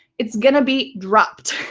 it's going to be dropped.